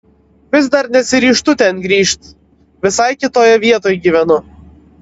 vis dar nesiryžtu ten grįžt visai kitoje vietoj gyvenu